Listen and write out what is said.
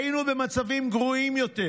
היינו במצבים גרועים יותר,